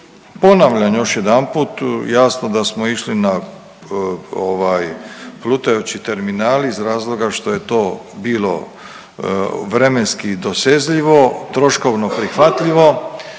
Ponavljam još jedanput, jasno da smo išli na ovaj plutajući terminal iz razloga što je to bilo vremenski dosezljivo, troškovno prihvatljivo,